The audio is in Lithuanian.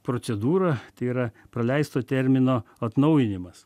procedūrą tai yra praleisto termino atnaujinimas